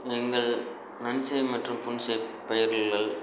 எங்கள் நன்செய் மற்றும் புன்செய் பயிர்கள்